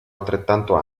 altrettanto